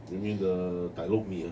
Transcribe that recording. you mean the dai lok mee ah